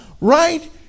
right